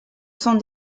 sont